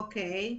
אוקי,